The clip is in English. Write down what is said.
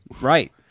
Right